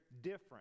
different